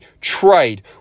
trade